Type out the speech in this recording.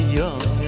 young